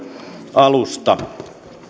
alusta